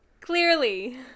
Clearly